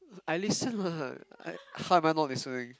I listen what I how am I not listening